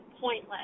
pointless